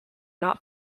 not